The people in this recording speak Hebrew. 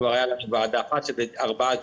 כבר הייתה ועדה אחת וקיבלנו ארבעה,